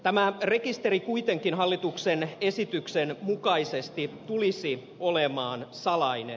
tämä rekisteri kuitenkin hallituksen esityksen mukaisesti tulisi olemaan salainen